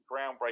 groundbreaking